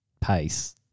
pace